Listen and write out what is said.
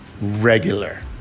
regular